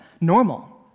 normal